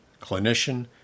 clinician